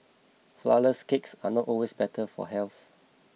Flourless Cakes are not always better for health